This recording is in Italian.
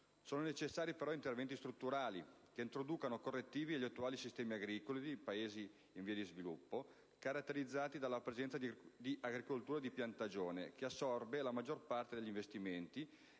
sono necessari però interventi strutturali che introducano correttivi agli attuali sistemi agricoli dei Paesi in via di sviluppo, caratterizzati dalla presenza di agricoltura di piantagione che assorbe la maggior parte degli investimenti